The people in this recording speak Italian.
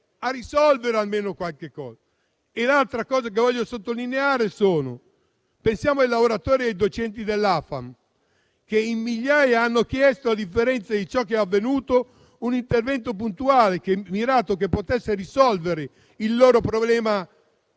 a risolvere almeno qualche questione. C'è poi un'altra questione che voglio sottolineare. Pensiamo ai lavoratori e ai docenti dell'AFAM: in migliaia hanno chiesto, a differenza di ciò che è avvenuto, un intervento puntuale e mirato che potesse risolvere il loro problema